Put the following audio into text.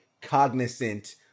cognizant